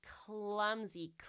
clumsy